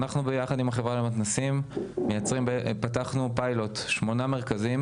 אנחנו ביחד עם החברה למתנסים פתחנו פיילוט 8 מרכזים,